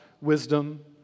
wisdom